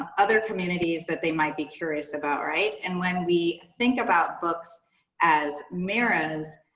other communities that they might be curious about right? and when we think about books as mirrors,